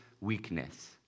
weakness